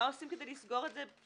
מה עושים כדי לסגור את זה פיזית?